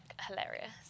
hilarious